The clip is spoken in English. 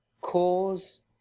cause